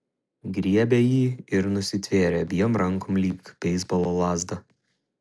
griebė jį ir nusitvėrė abiem rankom lyg beisbolo lazdą